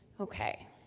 Okay